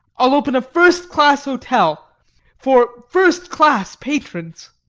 i'll open a first-class hotel for first-class patrons.